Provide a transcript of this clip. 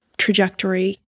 Trajectory